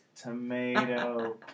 Tomato